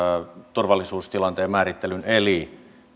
turvallisuustilanteen määrittelyn eli